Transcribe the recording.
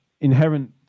inherent